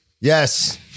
Yes